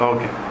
Okay